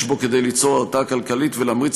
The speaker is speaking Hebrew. יש בו כדי ליצור הרתעה כלכלית ולהמריץ